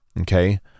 Okay